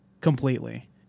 completely